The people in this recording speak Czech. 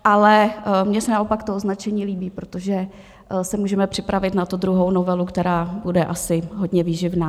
Ale mně se naopak to označení líbí, protože se můžeme připravit na tu druhou novelu, která bude asi hodně výživná.